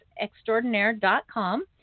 extraordinaire.com